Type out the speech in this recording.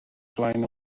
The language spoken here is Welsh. flaen